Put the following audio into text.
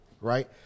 Right